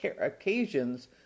occasions